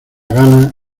gana